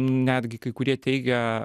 netgi kai kurie teigia